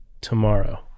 tomorrow